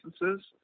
licenses